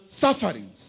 sufferings